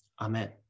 Amen